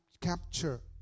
capture